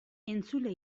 entzule